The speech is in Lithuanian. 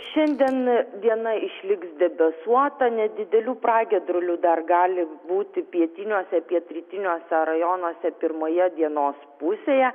šiandien diena išliks debesuota nedidelių pragiedrulių dar gali būti pietiniuose pietrytiniuose rajonuose pirmoje dienos pusėje